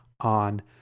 on